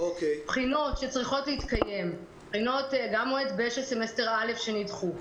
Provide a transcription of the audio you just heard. בחינות שצריכות להתקיים גם מועד ב' של סמסטר א' שנדחו,